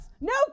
No